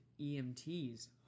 EMTs